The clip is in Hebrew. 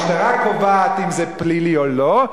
המשטרה קובעת אם זה פלילי או לא,